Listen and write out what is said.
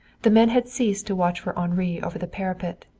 the men had ceased to watch for henri over the parapet,